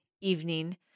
evening